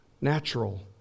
natural